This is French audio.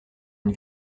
une